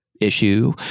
issue